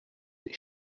des